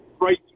right